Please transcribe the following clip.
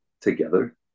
together